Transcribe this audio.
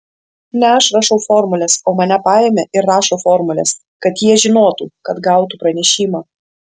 ne aš rašau formules o mane paėmė ir rašo formules kad jie žinotų kad gautų pranešimą